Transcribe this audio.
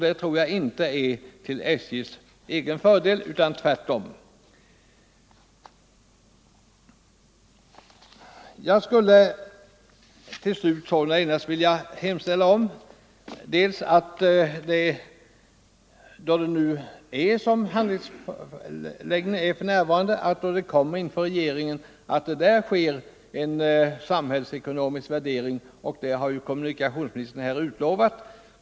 Det tror jag inte är till SJ:s egen fördel utan tvärtom. Jag skulle sålunda till slut vilja hemställa att då ett ärende, som handläggningen är för närvarande, kommer inför regeringen, det där sker en samhällsekonomisk värdering. Det har ju kommunikationsministern här utlovat.